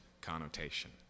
connotation